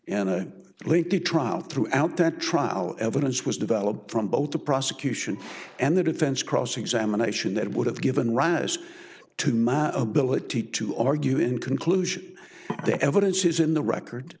link the trial throughout that trial evidence was developed from both the prosecution and the defense cross examination that would have given rise to my ability to argue in conclusion the evidence is in the record